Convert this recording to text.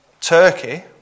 Turkey